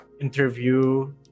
interview